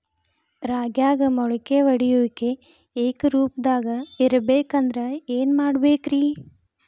ರಾಗ್ಯಾಗ ಮೊಳಕೆ ಒಡೆಯುವಿಕೆ ಏಕರೂಪದಾಗ ಇರಬೇಕ ಅಂದ್ರ ಏನು ಮಾಡಬೇಕ್ರಿ?